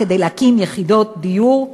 כדי להקים יחידות דיור?